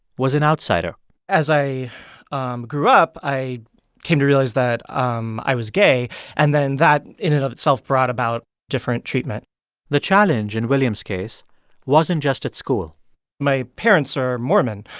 was an outsider as i um grew up, i came to realize that um i was gay and then that in and of itself brought about different treatment the challenge in william's case wasn't just at school my parents are mormon,